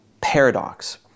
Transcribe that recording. Paradox